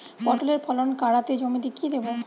পটলের ফলন কাড়াতে জমিতে কি দেবো?